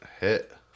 Hit